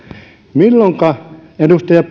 milloinka edustaja